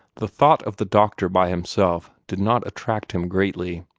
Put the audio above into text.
the thought of the doctor by himself did not attract him greatly.